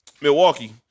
Milwaukee